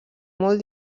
molt